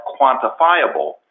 quantifiable